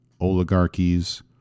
oligarchies